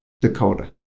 dakota